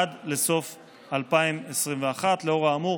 עד לסוף 2021. לאור האמור,